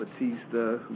Batista